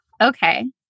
Okay